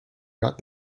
got